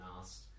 asked